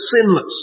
sinless